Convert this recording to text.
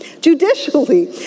judicially